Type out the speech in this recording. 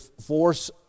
force